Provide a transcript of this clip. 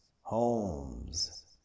homes